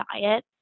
diet